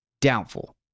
Doubtful